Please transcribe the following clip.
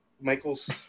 Michael's